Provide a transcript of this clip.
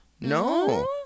No